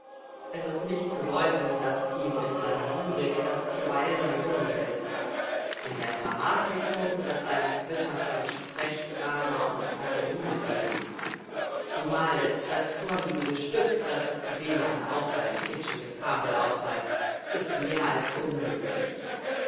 es ist nicht zu leugnen daß ihm in seiner lyrik das zuweilen gelungen ist in der dramatik mußte das einen zwitter von sprechdrama und pantomime geben zumal das vorliegende stück das zudem eine auffallend kitschige fabel aufweist ist mehr als unmöglich